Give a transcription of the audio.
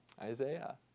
Isaiah